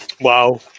Wow